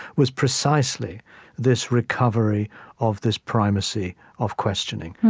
was precisely this recovery of this primacy of questioning.